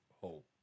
Hope